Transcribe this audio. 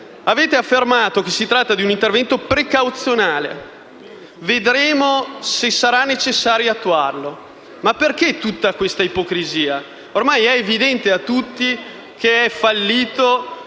Avete affermato che si tratta di un intervento precauzionale: vedremo se sarà necessario attuarlo. Ma perché tutta questa ipocrisia? Ormai è evidente a tutti che è fallito